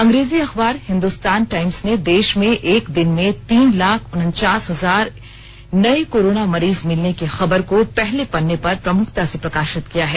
अंग्रेजी अखबार हैंदुस्तान टाईम्स ने देश में एक दिन में तीन लाख उनचास हजार नए कोरोना मरीज मिलने की खबर को पहले पन्ने पर प्रमुखता से प्रकाशित किया है